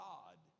God